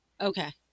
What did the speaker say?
Okay